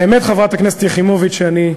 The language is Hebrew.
האמת, חברת הכנסת יחימוביץ, אני,